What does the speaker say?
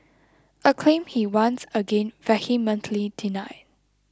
a claim he once again vehemently denied